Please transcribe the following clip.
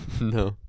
No